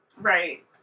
Right